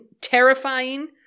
terrifying